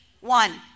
one